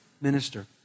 minister